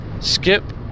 skip